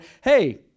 hey